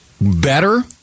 better